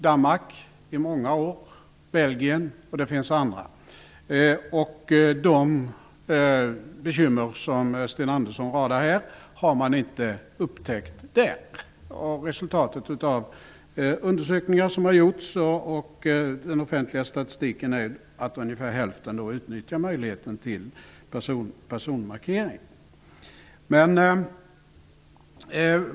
Danmark har haft sådant system i många år, Belgien, och det finns andra. De bekymmer som Sten Andersson radar upp har man inte upptäckt där. Resultatet av undersökningar som gjorts och den offentliga statistiken visar att ungefär hälften utnyttjar möjligheten till personmarkering.